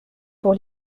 pour